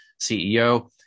CEO